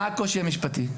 מה הקושי המשפטי?